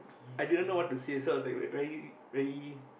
i didn't know what to said so I was very very